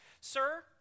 Sir